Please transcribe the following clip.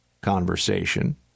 conversation